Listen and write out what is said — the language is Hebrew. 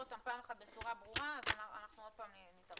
אותם פעם אחת בצורה ברורה אנחנו עוד פעם נתערבב.